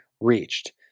reached